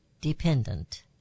dependent